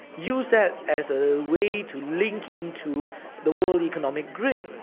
use that as a way to link into the world economic grid.